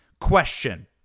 question